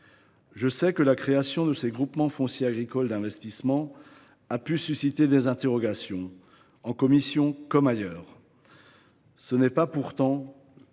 Je sais que la création de ces groupements fonciers agricoles d’investissement a suscité des interrogations, en commission comme ailleurs. Celle ci n’est pourtant